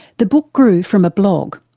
the book grew from a blog,